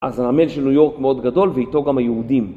אז הנמל של ניו יורק מאוד גדול ואיתו גם היהודים